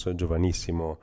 giovanissimo